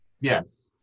Yes